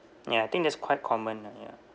ya I think that's quite common ah ya